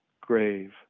grave